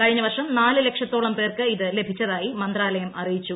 കഴിഞ്ഞവർഷം നാല് ലക്ഷത്തോളം പേർക്ക് ഇത് ലഭിച്ചതായി മന്ത്രാലയം അറിയിച്ചു